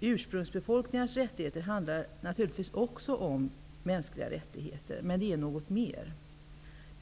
Ursprungsbefolkningars rättigheter handlar naturligtvis också om mänskliga rättigheter, men det är något mer.